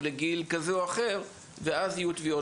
לגיל כזה או אחר ובאמצע יהיו טביעות.